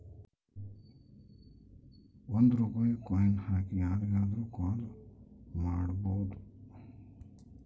ಒಂದ್ ರೂಪಾಯಿ ಕಾಯಿನ್ ಹಾಕಿ ಯಾರಿಗಾದ್ರೂ ಕಾಲ್ ಮಾಡ್ಬೋದು